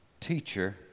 Teacher